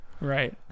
right